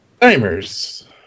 Timers